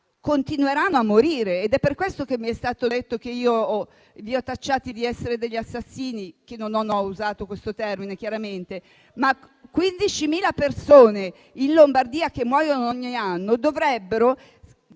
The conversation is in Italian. continueranno a morire. È per questo che mi è stato detto che io vi ho tacciati di essere degli assassini, anche se chiaramente non ho usato questo termine: ma 15.000 persone in Lombardia che muoiono ogni anno dovrebbero